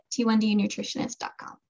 t1dnutritionist.com